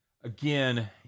Again